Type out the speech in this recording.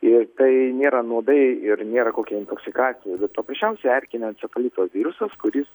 ir tai nėra nuodai ir nėra kokia intoksikacija paprasčiausiai erkinio encefalito virusas kuris